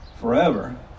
forever